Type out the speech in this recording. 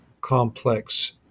complex